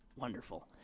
wonderful